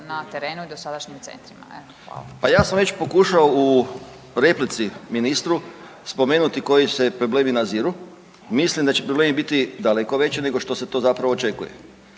Željko (Nezavisni)** Pa ja sam već pokušao u replici spomenuti koji se problemi naziru. Mislim da će problemi biti daleko veći nego što se to zapravo očekuje.